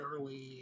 early